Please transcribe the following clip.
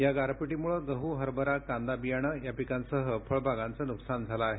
या गारपीटीमुळे गडू हरभरा कांदा बियाणे या पिकांसह फळबागांचं नुकसान झालं आहे